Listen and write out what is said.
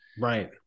Right